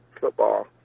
football